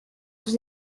aux